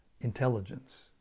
intelligence